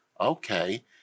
okay